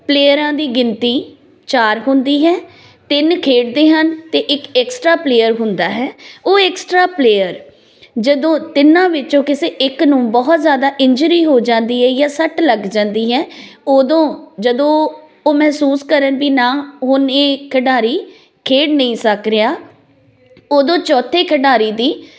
ਪਲੇਅਰਾਂ ਦੀ ਗਿਣਤੀ ਚਾਰ ਹੁੰਦੀ ਹੈ ਤਿੰਨ ਖੇਡਦੇ ਹਨ ਅਤੇ ਇੱਕ ਐਕਸਟਰਾ ਪਲੇਅਰ ਹੁੰਦਾ ਹੈ ਉਹ ਐਕਸਟਰਾ ਪਲੇਅਰ ਜਦੋਂ ਤਿੰਨਾਂ ਵਿੱਚੋਂ ਕਿਸੇ ਇੱਕ ਨੂੰ ਬਹੁਤ ਜ਼ਿਆਦਾ ਇੰਜਰੀ ਹੋ ਜਾਂਦੀ ਹੈ ਜਾਂ ਸੱਟ ਲੱਗ ਜਾਂਦੀ ਹੈ ਉਦੋਂ ਜਦੋਂ ਉਹ ਮਹਿਸੂਸ ਕਰਨ ਵੀ ਨਾ ਹੁਣ ਇਹ ਖਿਡਾਰੀ ਖੇਡ ਨਹੀਂ ਸਕ ਰਿਹਾ ਉਦੋਂ ਚੌਥੇ ਖਿਡਾਰੀ ਦੀ